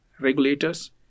Regulators